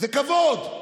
זה כבוד.